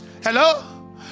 Hello